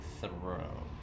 throw